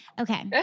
Okay